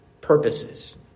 purposes